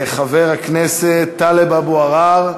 חבר הכנסת טלב אבו עראר,